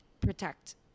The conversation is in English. protect